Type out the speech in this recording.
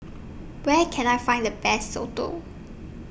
Where Can I Find The Best Soto